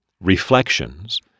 Reflections